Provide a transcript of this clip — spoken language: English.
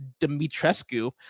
dimitrescu